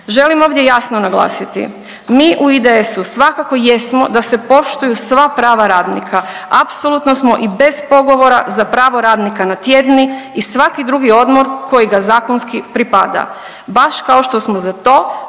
Želim ovdje jasno naglasiti mi u IDS-u svakako jesmo da se poštuju sva prava radnika. Apsolutno smo i bez pogovora za pravo radnika na tjedni i svaki drugi odmor koji ga zakonski pripada, baš kao što smo za to